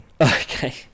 okay